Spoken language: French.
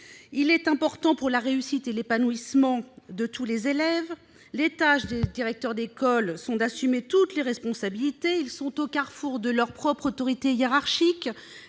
C'est important pour la réussite et l'épanouissement de tous les élèves. Les directeurs d'école assument toutes les responsabilités, ils sont les interlocuteurs de leur propre autorité hiérarchique,